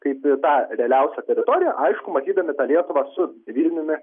kaip į tą realiausią teritoriją aišku matydami tą lietuvą su vilniumi